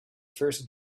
first